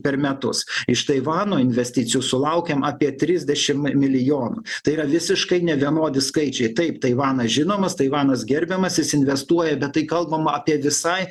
per metus iš taivano investicijų sulaukiam apie trisdešim milijonų tai yra visiškai nevienodi skaičiai taip taivanas žinomas taivanas gerbiamas jis investuoja bet tai kalbama apie visai